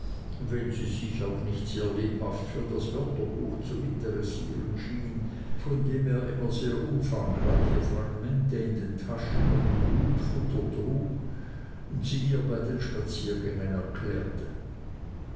wenn sie sich auch nicht sehr lebhaft für das wörterbuch zu interessieren schien von dem er immer sehr umfangreiche fragmente in den taschen und im hutfutter trug und sie ihr bei den spaziergängen erklärte